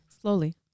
Slowly